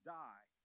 die